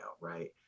right